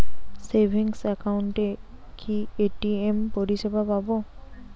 Savings একাউন্টে কি ATM পরিসেবা পাব?